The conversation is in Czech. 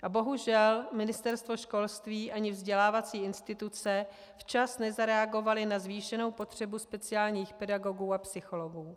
A bohužel Ministerstvo školství ani vzdělávací instituce včas nezareagovaly na zvýšenou potřebu speciálních pedagogů a psychologů.